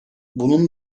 bunun